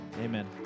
amen